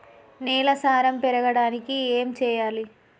నేల సారం పెరగడానికి ఏం చేయాలి?